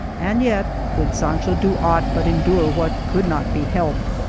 and yet could sancho do aught but endure what could not be helped?